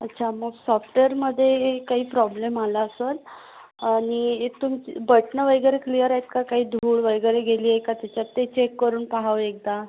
अच्छा मग सॉफ्टवेअरमध्ये काही प्रॉब्लेम आला असेल आणि तुमची बटनं वगैरे क्लिअर आहेत का काही धूळ वगैरे गेली आहे का त्याच्यात ते चेक करून पाहावं एकदा